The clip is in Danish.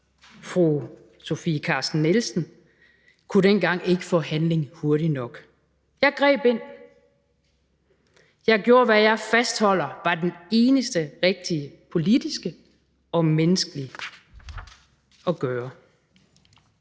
fru Sofie Carsten Nielsen, kunne dengang ikke få handling hurtigt nok. Jeg greb ind. Jeg gjorde, hvad jeg fastholder var det eneste rigtige politisk og menneskeligt at gøre.